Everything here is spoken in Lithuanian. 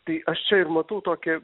tai aš čia ir matau tokią